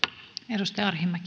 arvoisa